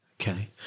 Okay